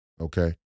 okay